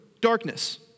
darkness